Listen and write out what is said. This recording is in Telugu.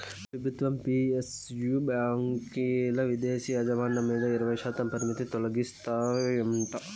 పెబుత్వాలు పి.ఎస్.యు బాంకీల్ల ఇదేశీ యాజమాన్యం మీద ఇరవైశాతం పరిమితి తొలగిస్తాయంట